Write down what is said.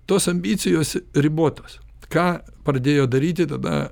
tos ambicijos ribotos ką pradėjo daryti tada